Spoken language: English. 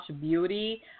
beauty –